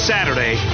Saturday